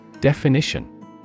Definition